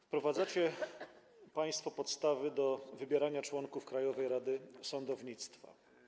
Wprowadzacie państwo podstawy do wybierania członków Krajowej Rady Sądownictwa.